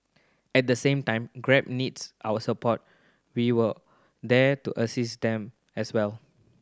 at the same time Grab needs our support we were there to assist them as well